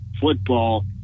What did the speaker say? football